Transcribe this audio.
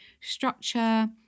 structure